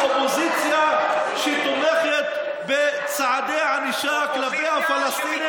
אני לא יכול להבין אופוזיציה שתומכת בצעדי ענישה כלפי הפלסטינים,